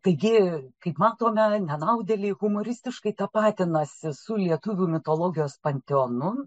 taigi kaip matome nenaudėliai humoristiškai tapatinasi su lietuvių mitologijos panteonu